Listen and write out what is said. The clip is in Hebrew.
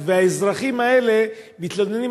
האזרחים האלה מתלוננים,